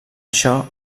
això